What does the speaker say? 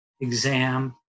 exam